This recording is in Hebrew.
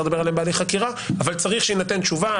לדבר עליהם בהליך חקירה אבל צריך שתינתן תשובה.